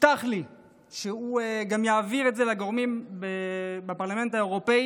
הובטח לי שהוא גם יעביר את זה לגורמים בפרלמנט האירופי